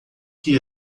que